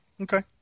Okay